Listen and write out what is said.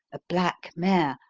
a black mare,